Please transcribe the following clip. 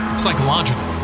psychological